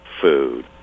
food